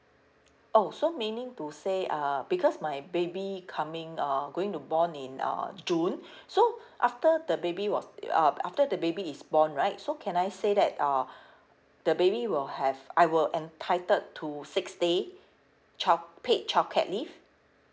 oh so meaning to say uh because my baby coming uh going to born in uh june so after the baby was uh after the baby is born right so can I say that uh the baby will have I will entitled to six day child~ paid childcare leave